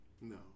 No